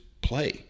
play